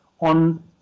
on